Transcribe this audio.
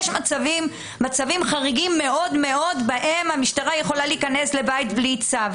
יש מצבים חריגים מאוד מאוד בהם המשטרה יכולה להיכנס לבית בלי צו.